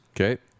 Okay